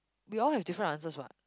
we all have different answers what